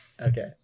Okay